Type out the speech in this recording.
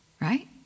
right